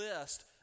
list